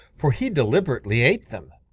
for he deliberately ate them.